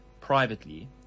privately